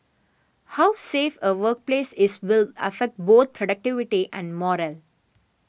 how safe a workplace is will affect both productivity and morale